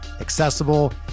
accessible